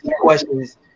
questions